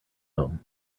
home